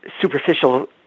superficial